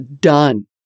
done